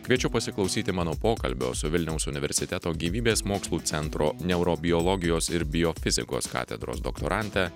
kviečiu pasiklausyti mano pokalbio su vilniaus universiteto gyvybės mokslų centro neurobiologijos ir biofizikos katedros doktorante